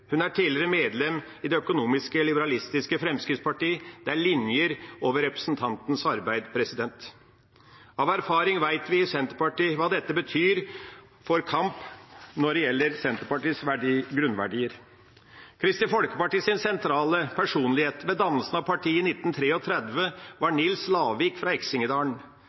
Hun er tidligere medlem i det økonomiske, liberalistiske Fremskrittspartiet. Det er linjer over representantens arbeid. Av erfaring vet vi i Senterpartiet hva dette betyr for kamp når det gjelder Senterpartiets grunnverdier. Kristelig Folkepartis sentrale personlighet ved dannelsen av partiet i 1933 var Nils Lavik fra